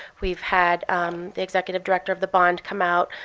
we've had the executive director of the bond come out.